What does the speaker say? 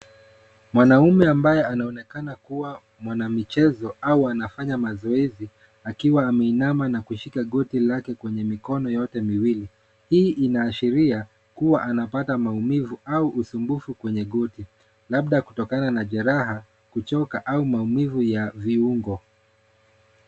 Mwanaume ambaye anaonekana kuwa mwanamichezo au anafanya mazoezi; akiwa ameinama na kushika goti lake kwenye mikono yake miwili. Hii inaashiria kuwa anapata maumivu au usumbufu kwenye goti labda kutokana na jeraha, kuchoka au maumivu ya viungo.